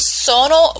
sono